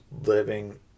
living